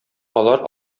алар